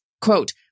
quote